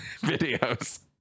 videos